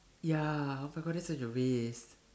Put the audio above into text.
ya but that's such a waste